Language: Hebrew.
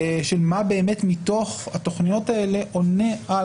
של מה באמת מתוך התכניות האלה עונה על